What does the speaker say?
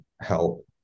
help